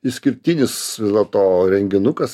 išskirtinis vis dėlto renginukas